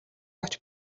авч